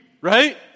right